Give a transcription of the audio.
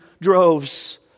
droves